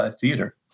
theater